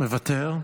מוותר.